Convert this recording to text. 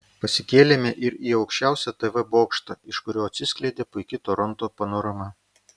pasikėlėme ir į aukščiausią tv bokštą iš kurio atsiskleidė puiki toronto panorama